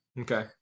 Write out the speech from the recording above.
Okay